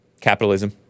Capitalism